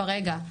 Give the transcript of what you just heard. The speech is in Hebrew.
ברגע,